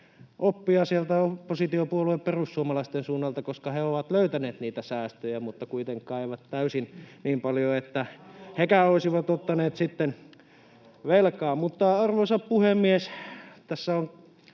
oppia sieltä oppositiopuolue perussuomalaisten suunnalta, koska he ovat löytäneet niitä säästöjä, mutta kuitenkaan eivät täysin niin paljon, etteivät hekään olisi ottaneet sitten velkaa. [Ben Zyskowicz: Mä